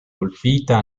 colpita